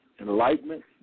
Enlightenment